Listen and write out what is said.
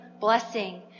blessing